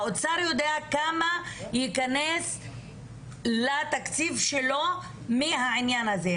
האוצר יודע כמה ייכנס לתקציב שלו מהעניין הזה,